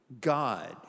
God